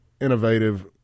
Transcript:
innovative